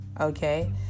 Okay